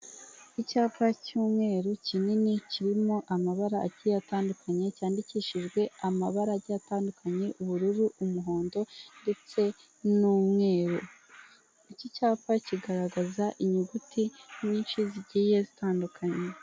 inyubako ikoreramo saniramu ikigo gikorera mu Rwanda gitanga ubwishingizi hari mudasobwa eshatu amafoto ari ku gikuta ndetse n'ibyapa.